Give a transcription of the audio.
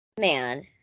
man